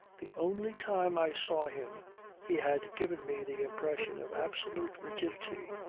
the only time i saw him he had given me the impression of absolute rigidity,